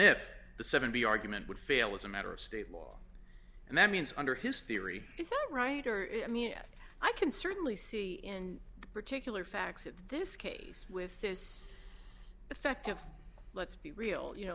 if the seventy argument would fail as a matter of state law and that means under his theory is that right or if i mean it i can certainly see in particular facts in this case with effective let's be real you know